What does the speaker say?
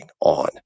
on